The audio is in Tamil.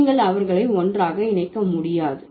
நீங்கள் அவர்களை ஒன்றாக இணைக்க முடியாது